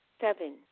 seven